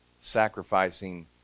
sacrificing